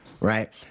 right